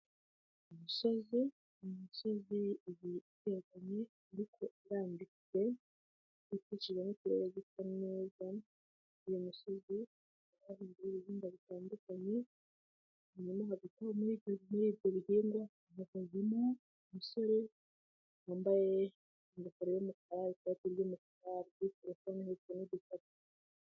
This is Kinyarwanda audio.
Imisozi, ni imosozi ibiri itegamye ariko irambitse, ikurikiwe n'utubaya dusa neza, iyi misozi bayiteyeho ibihingwa bitandukanye, hagati muri ibyo bihingwa hahagazemo umusore wambaye ingofero y'umukara n'ikoti ry'umukara, ari kuri telefone afite n'igikapu.